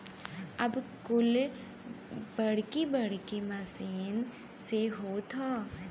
अब कुल बड़की बड़की मसीन से होत हौ